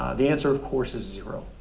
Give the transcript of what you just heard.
the answer, of course, is zero.